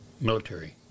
military